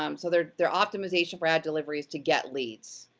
um so, their their optimization for ad delivery is to get leads,